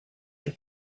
your